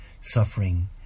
suffering